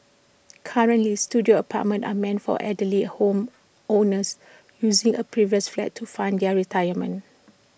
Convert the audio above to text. currently Studio apartments are meant for elderly A home owners using A previous flat to fund their retirement